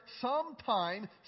sometime